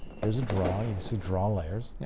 here's a draw. you can see draw layers. yeah